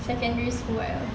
secondary school what else